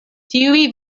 tiuj